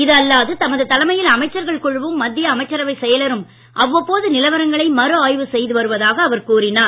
இதுஅல்லாது தமது தலைமையில் அமைச்சர்கள் குழுவும் மத்திய அமைச்சரவை செயலரும் அவ்வப்போது நிலவரங்களை மறு ஆய்வு செய்து வருவதாக அவர் கூறினார்